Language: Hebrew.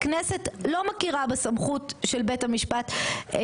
הכנסת לא מכירה בסמכות של בית המשפט.